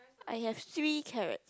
I have three carrots